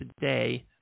today